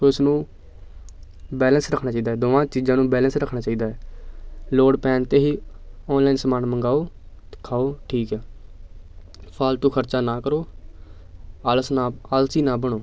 ਸੋ ਇਸ ਨੂੰ ਬੈਲੈਂਸ ਰੱਖਣਾ ਚਾਹੀਦਾ ਹੈ ਦੋਵਾਂ ਚੀਜ਼ਾਂ ਨੂੰ ਬੈਲੈਂਸ ਰੱਖਣਾ ਚਾਹੀਦਾ ਹੈ ਲੋੜ ਪੈਣ 'ਤੇ ਹੀ ਔਨਲਾਈਨ ਸਮਾਨ ਮੰਗਵਾਓ ਖਾਓ ਠੀਕ ਹੈ ਫਾਲਤੂ ਖਰਚਾ ਨਾ ਕਰੋ ਆਲਸ ਨਾ ਆਲਸੀ ਨਾ ਬਣੋ